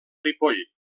ripoll